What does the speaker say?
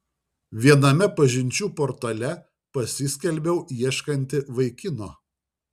viename pažinčių portale pasiskelbiau ieškanti vaikino